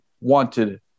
wanted